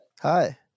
Hi